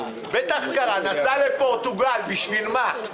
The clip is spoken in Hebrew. בטח קרה נסע לפורטוגל, בשביל מה?